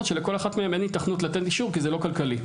שלכל אחת מהן אין היתכנות לתת אישור כי זה לא כלכלי.